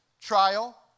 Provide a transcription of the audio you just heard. trial